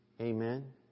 Amen